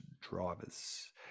drivers